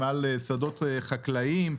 מעל שדות חקלאיים,